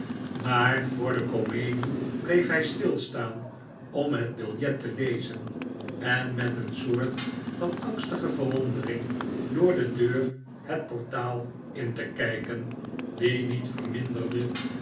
maar voor de komedie bleef hij stilstaan om het biljet te lezen en met een soort van angstige verwondering door de deur het portaal in te kijken die niet verminderde